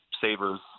savers